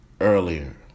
earlier